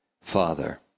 Father